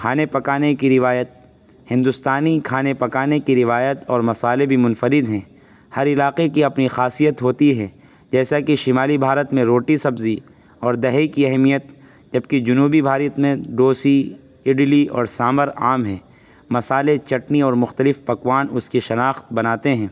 کھانے پکانے کی روایت ہندوستانی کھانے پکانے کی روایت اور مسالے بھی منفرد ہیں ہر علاقے کی اپنی خاصیت ہوتی ہے جیسا کہ شمالی بھارت میں روٹی سبزی اور دہی کی اہمیت جب کہ جنوبی بھارت میں ڈوسا اڈلی اور سامبر عام ہیں مسالے چٹنی اور مختلف پکوان اس کی شناخت بناتے ہیں